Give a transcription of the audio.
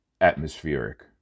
Atmospheric